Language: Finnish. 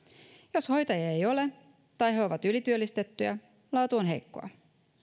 jos hoitajia ei ole tai he ovat ylityöllistettyjä laatu on heikkoa